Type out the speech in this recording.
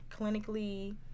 clinically